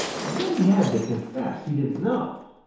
reddy had to confess he didn't know.